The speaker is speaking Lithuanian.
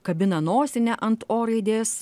kabina nosinę ant o raidės